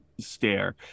stare